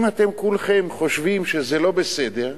אם כולכם חושבים שזה לא בסדר,